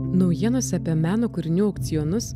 naujienose apie meno kūrinių aukcionus